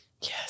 Yes